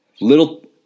Little